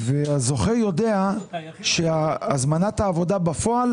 הזוכה יודע שהזמנת העבודה בפועל